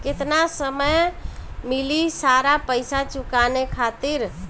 केतना समय मिली सारा पेईसा चुकाने खातिर?